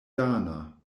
dana